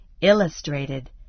Illustrated